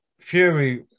Fury